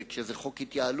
ואת העז הזאת